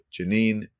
janine